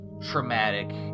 Traumatic